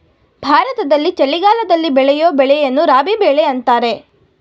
ಭಾರತದಲ್ಲಿ ಚಳಿಗಾಲದಲ್ಲಿ ಬೆಳೆಯೂ ಬೆಳೆಯನ್ನು ರಾಬಿ ಬೆಳೆ ಅಂತರೆ